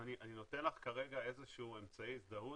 אני נותן לך כרגע איזה שהוא אמצעי הזדהות,